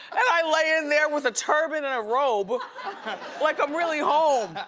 i lay in there with a turban and a robe like i'm really home.